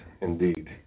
indeed